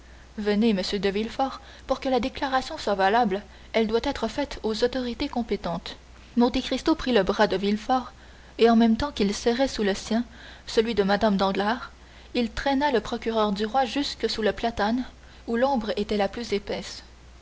venez monsieur de villefort pour que la déclaration soit valable elle doit être faite aux autorités compétentes monte cristo prit le bras de villefort et en même temps qu'il serrait sous le sien celui de mme danglars il traîna le procureur du roi jusque sous le platane où l'ombre était la plus épaisse